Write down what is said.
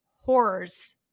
horrors